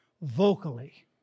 vocally